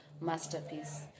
masterpiece